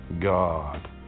God